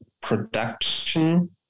production